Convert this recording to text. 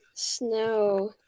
snow